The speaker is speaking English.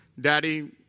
Daddy